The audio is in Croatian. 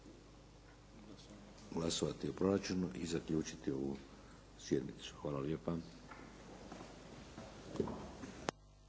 Hvala lijepa.